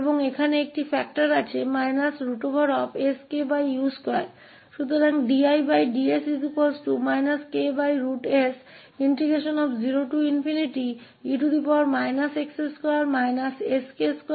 तो dIds ks0e x2 sk2x2du तो 𝑘 यहाँ से दिखाई देगा और फिर हमारे पास इस वजह से √𝑠 होगा